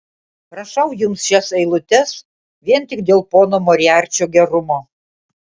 rašau jums šias eilutes vien tik dėl pono moriarčio gerumo